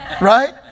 Right